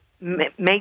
make